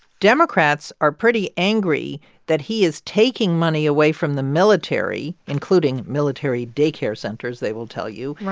democrats are pretty angry that he is taking money away from the military, including military day care centers, they will tell you. right.